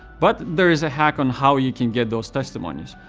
but there is a hack on how you can get those testimonies.